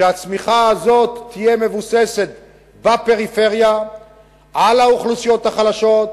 שתהיה מבוססת בפריפריה על האוכלוסיות החלשות,